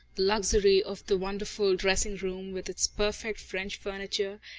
the luxury of the wonderful dressing room, with its perfect french furniture,